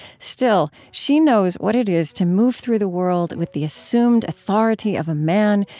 still, she knows what it is to move through the world with the assumed authority of a man,